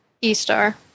E-Star